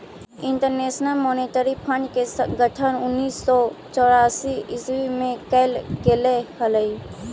international monetary fund के गठन उन्नीस सौ चौवालीस ईस्वी में कैल गेले हलइ